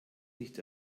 nicht